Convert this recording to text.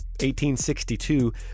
1862